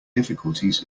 difficulties